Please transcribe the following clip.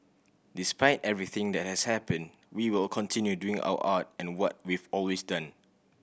despite everything that has happened we will continue doing our art and what we've always done